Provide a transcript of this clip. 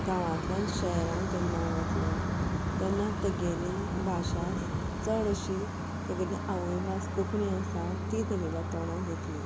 गांवांतल्यान शहरांत जेन्ना वतलो तेन्ना ताची भाशा चडशी ताची आवय भास कोंकणी आसा ती ताच्या तोडांत येतली